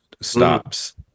stops